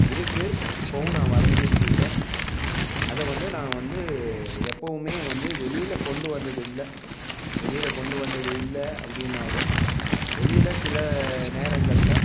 இருக்கு இப்போவும் நான் வரைஞ்சிட்டுருக்கேன் அதை வந்து நான் வந்து எப்போவும் வந்து வெளியில் கொண்டு வந்தது இல்லை வெளியில் கொண்டு வந்தது இல்லை அப்படின்னாலும் வெளியில் சில நேரங்களில்